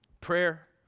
Prayer